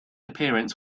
appearance